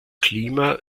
klima